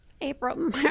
April